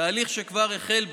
תהליך שכבר החל בו.